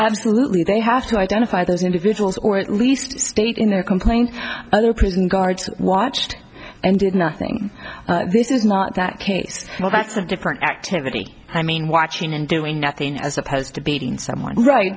absolutely they have to identify those individuals or at least state in their complaint other prison guards watched and did nothing this is not that case that's a different activity i mean watching and doing nothing as opposed to beating someone right